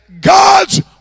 God's